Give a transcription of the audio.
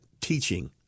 teaching